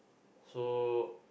so